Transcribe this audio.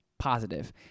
positive